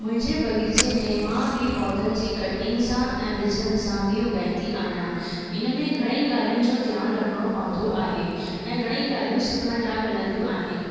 मुंहिंजे बग़ीचे में मां बि पौधनि जी कटिंग सां ऐं ॿिजनि सां बि उॻाईंदी आहियां इन में घणेई ॻाल्हियुनि जो ध्यानु रखिणो पवंदो आहे ऐं घणेई ॻाल्हियूं सिखण लाइ मिलंदियूं आहिनि